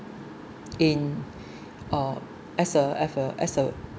in uh as a as a as a